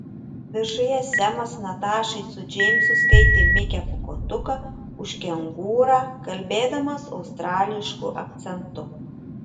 viršuje semas natašai su džeimsu skaitė mikę pūkuotuką už kengūrą kalbėdamas australišku akcentu